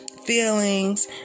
feelings